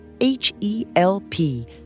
H-E-L-P